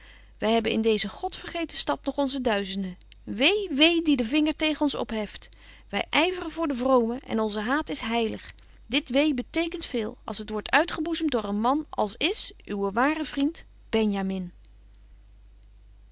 wy hebben in deeze godvergeten stad nog onze duizenden wee wee die den vinger tegen ons opheft wy yveren voor de vromen en onze haat is heilig dit wee betekent veel als het wordt uitgeboezemt door een man als is uw ware vriend